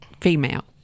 female